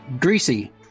Greasy